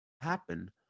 happen